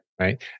Right